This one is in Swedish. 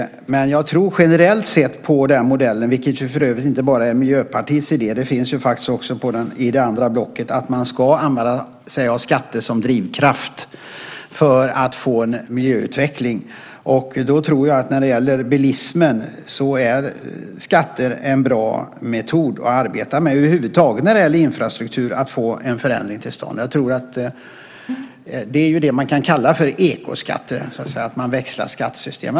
Men jag tror generellt sett på modellen - vilket för övrigt inte bara är Miljöpartiets idé utan också finns i det andra blocket - att använda sig av skatter som drivkraft för att få en miljöutveckling. När det gäller bilismen tror jag att skatter är en bra metod att arbeta med, över huvud taget när det gäller infrastruktur, för att få en förändring till stånd. Det är det man kan kalla ekoskatter, att man växlar skattesystem.